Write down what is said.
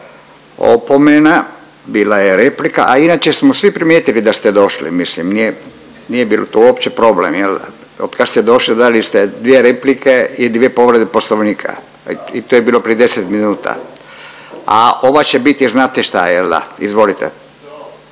Opomena bila je replika, a inače smo svi primijetili da ste došli mislim nije, nije bilo uopće problem jel da, od kad ste došli dali ste dvije replike i dvije povrede Poslovnika i to je bilo prije 10 minuta, a ova će biti znate šta jel da. Izvolite,